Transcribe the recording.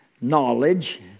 knowledge